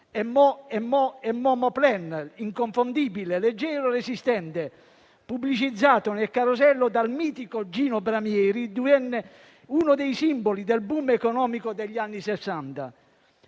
mo...Moplen», inconfondibile, leggero e resistente, pubblicizzato nel Carosello dal mitico Gino Bramieri, divenne uno dei simboli del *boom* economico degli anni Sessanta.